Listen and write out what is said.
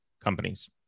companies